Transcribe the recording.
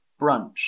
brunch